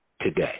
today